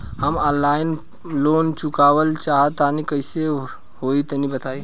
हम online loan चुकावल चाहऽ तनि कइसे होई तनि बताई?